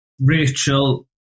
Rachel